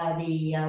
the,